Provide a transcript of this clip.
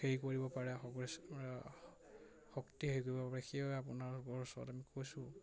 হেৰি কৰিব পাৰে শক্তি হেৰি কৰিব পাৰে সেয়ে আপোনাৰ লোকৰ ওচৰত আমি কৈছোঁ